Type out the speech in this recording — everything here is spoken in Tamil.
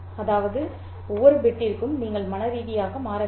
அதாவது ஒவ்வொரு பிட்டிற்கும் நீங்கள் மனரீதியாக மாற்ற வேண்டும்